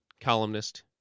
columnist